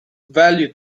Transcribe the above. value